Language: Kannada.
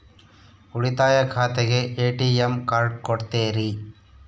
ಉಳಿತಾಯ ಖಾತೆಗೆ ಎ.ಟಿ.ಎಂ ಕಾರ್ಡ್ ಕೊಡ್ತೇರಿ?